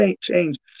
change